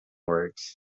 words